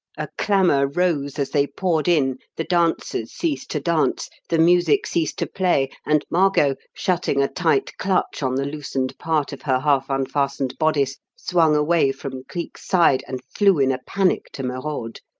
a clamour rose as they poured in the dancers ceased to dance the music ceased to play and margot, shutting a tight clutch on the loosened part of her half-unfastened bodice, swung away from cleek's side, and flew in a panic to merode.